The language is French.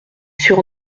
sur